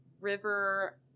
river